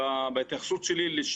בהתייחסות שלי אני